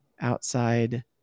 outside